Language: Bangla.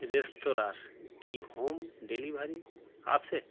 রেস্তোরাঁর কি হোম ডেলিভারি আছে